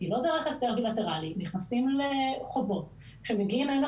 טענות חדשות, נשמח גם